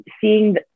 seeing